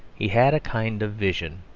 he had a kind of vision.